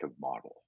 model